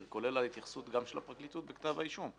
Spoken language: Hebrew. כולל ההתייחסות גם של הפרקליטות בכתב האישום,